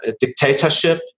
dictatorship